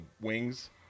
wings